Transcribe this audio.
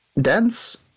dense